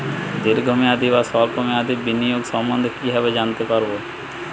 দীর্ঘ মেয়াদি বা স্বল্প মেয়াদি বিনিয়োগ সম্বন্ধে কীভাবে জানতে পারবো?